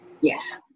Yes